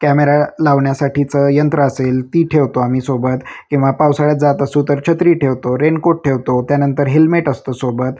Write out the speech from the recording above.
camera लावण्यासाठीचं यंत्र असेल ती ठेवतो आम्ही सोबत किंवा पावसाळ्यात जात असू तर छत्री ठेवतो रेनकोट ठेवतो त्यानंतर हेल्मेट असतो सोबत